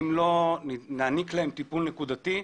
אם לא נעניק לה טיפול נקודתי,